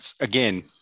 again